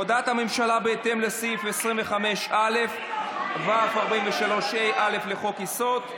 הודעת הממשלה בהתאם לסעיף 25(א) ו-43ה(א) לחוק-יסוד: